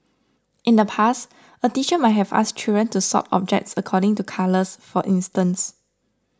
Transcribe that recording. in the past a teacher might have asked children to sort objects according to colours for instance